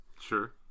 sure